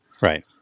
Right